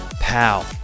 pal